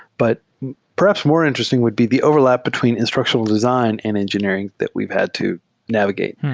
but perhaps more interesting would be the overlap between instructional design and engineering that we've had to navigate.